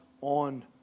on